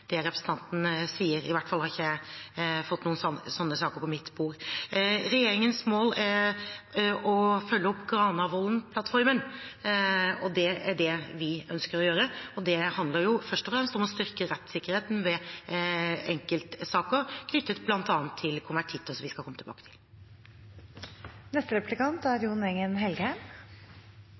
det representanten sier, i hvert fall har ikke jeg fått noen sånne saker på mitt bord. Regjeringens mål er å følge opp Granavolden-plattformen. Det er det vi ønsker å gjøre, og det handler først og fremst om å styrke rettssikkerheten i enkeltsaker, knyttet bl.a. til konvertitter, som vi skal komme tilbake